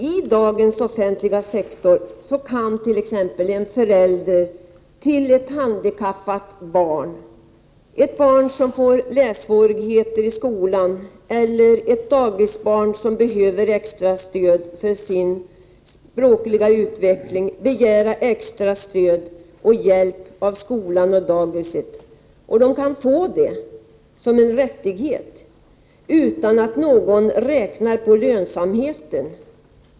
I dagens offentliga sektor kan exempelvis föräldrar till ett handikappat barn, ett barn som får lässvårigheter i skolan eller ett dagisbarn som behöver extra stöd för sin språkliga utveckling, begära extra stöd och hjälp av skolan och daghemmet, och de kan få detta som en rättighet utan att någon räknar på lönsamheten.